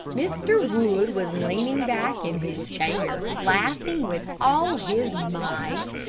mr. wood was leaning back in his chair, laughing with all his might,